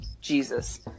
Jesus